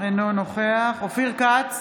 אינו נוכח אופיר כץ,